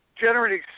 generating